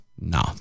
No